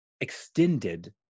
extended